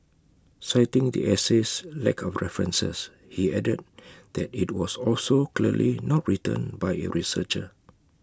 citing the essay's lack of references he added that IT was also clearly not written by A researcher